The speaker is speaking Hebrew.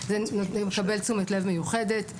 זה מקבל תשומת לב מיוחדת.